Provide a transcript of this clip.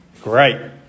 great